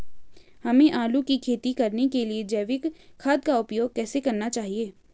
हमें आलू की खेती करने के लिए जैविक खाद का उपयोग कैसे करना चाहिए?